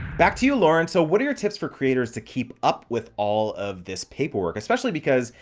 back to you lauren. so what are your tips for creators to keep up with all of this paperwork, especially because,